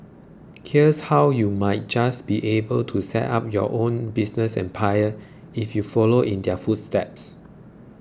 here's how you might just be able to set up your own business empire if you follow in their footsteps